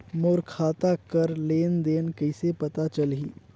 मोर खाता कर लेन देन कइसे पता चलही?